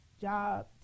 job